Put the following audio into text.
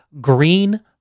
green